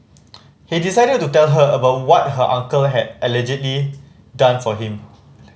he decided to tell her about what her uncle had allegedly done for him